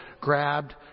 grabbed